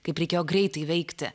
kaip reikėjo greitai veikti